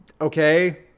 Okay